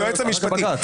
היועץ המשפטי.